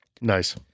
Nice